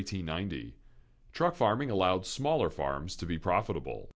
eighty ninety truck farming allowed smaller farms to be profitable